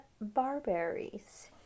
barberries